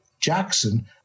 Jackson